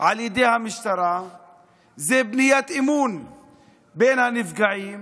על ידי המשטרה זה בניית אמון בין הנפגעים